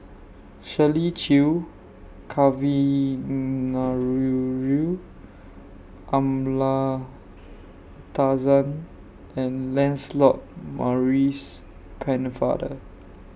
Shirley Chew Kavignareru Amallathasan and Lancelot Maurice Pennefather